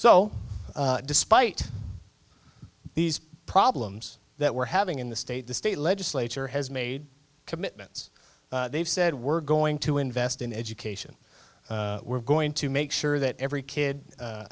so despite these problems that we're having in the state the state legislature has made commitments they've said we're going to invest in education we're going to make sure that every kid